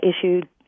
issued